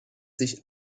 sich